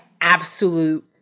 absolute